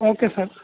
okay sir